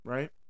Right